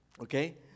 Okay